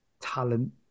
talent